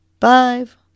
five